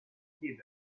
hidden